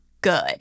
good